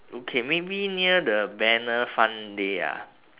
okay maybe near the banner fun day ah